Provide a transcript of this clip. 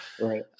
Right